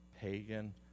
pagan